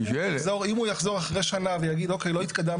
אם הוא יחזור אחרי שנה ויגיד שהם לא התקדמו